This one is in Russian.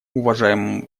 уважаемому